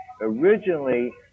Originally